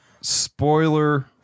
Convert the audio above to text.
spoiler